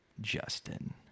Justin